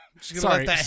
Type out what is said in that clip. Sorry